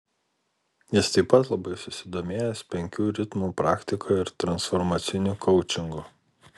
jis taip pat labai susidomėjęs penkių ritmų praktika ir transformaciniu koučingu